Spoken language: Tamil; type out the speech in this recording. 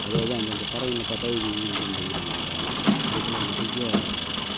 அது அது அந்தந்த பறவைகளை பார்த்தாவே இது இது இந்தந்த ஊர் நாரைன்னா அதேபோல் நிறைய